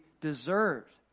deserved